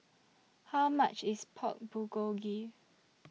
How much IS Pork Bulgogi